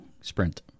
Sprint